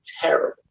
terrible